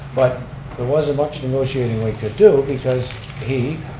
but there wasn't much negotiating we could do because he,